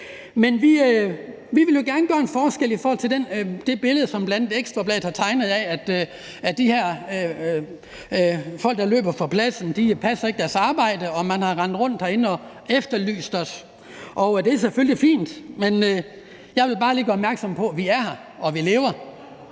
vi vil gerne gøre en forskel i forhold til det billede, som bl.a. Ekstra Bladet har tegnet af, at de her folk, der løber fra pladsen, ikke passer deres arbejde, og man har rendt rundt herinde og efterlyst os. Det er selvfølgelig fint, men jeg vil bare lige gøre opmærksom på, at vi er her og vi lever.